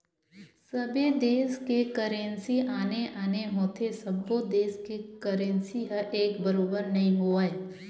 सबे देस के करेंसी आने आने होथे सब्बो देस के करेंसी ह एक बरोबर नइ होवय